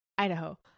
Idaho